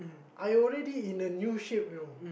I already in a new shape you know